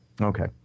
Okay